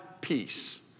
peace